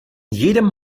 jedem